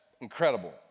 incredible